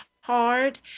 hard